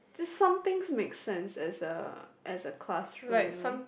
just some things make sense as a as a classroom